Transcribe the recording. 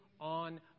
on